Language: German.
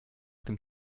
dem